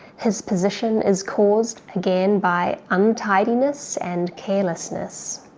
his position is caused again by untidiness and carelessness.